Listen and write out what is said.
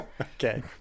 Okay